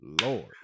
Lord